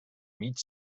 mig